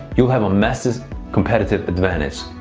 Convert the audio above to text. you'll have a massive competitive advantage.